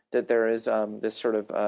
that there is um this sort of,